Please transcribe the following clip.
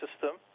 system